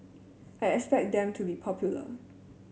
I expect them to be popular